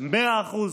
מאה אחוז.